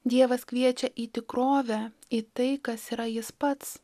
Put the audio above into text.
dievas kviečia į tikrovę į tai kas yra jis pats